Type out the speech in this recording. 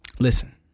Listen